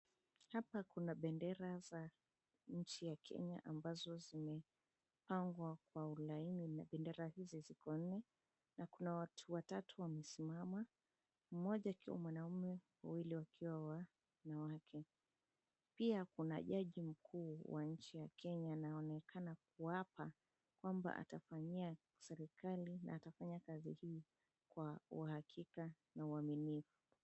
Nchi ya kenya ambazo zimepangwa kwa ulaini na bendera hizi ziko nne na kuna watu watatu wamesimama. Mmoja akiwa mwanamume wawili wakiwa wa wanawake pia kuna jaji mkuu wa nchi ya kenya yanaonekana kuwapa kwamba atafanyia serikali na atafanya kazi hii kwa uhakika na uaminifu.